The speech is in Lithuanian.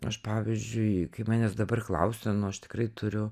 aš pavyzdžiui kai manęs dabar klausia nu aš tikrai turiu